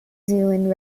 zealand